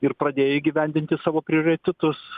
ir pradėjo įgyvendinti savo prioritetus